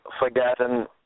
forgotten